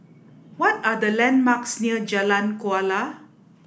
what are the landmarks near Jalan Kuala